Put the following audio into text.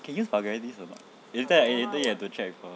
can use vulgarities or not eh later later you have to check her